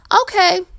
okay